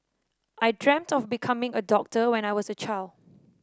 I dreamt of becoming a doctor when I was a child